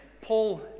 Paul